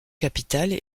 capitales